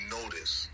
notice